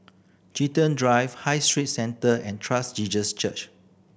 Chiltern Drive High Street Centre and Jesus Church